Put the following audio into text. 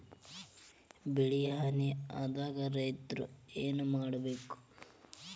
ಬೆಳಿ ಹಾನಿ ಆದಾಗ ರೈತ್ರ ಏನ್ ಮಾಡ್ಬೇಕ್?